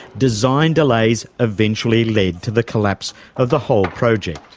design delays eventually led to the collapse of the whole project.